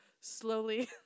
slowly